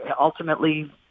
ultimately